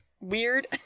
weird